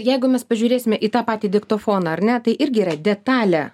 jeigu mes pažiūrėsime į tą patį diktofoną ar ne tai irgi yra detalę